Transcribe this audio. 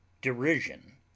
derision